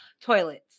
Toilets